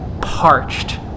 parched